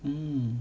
mm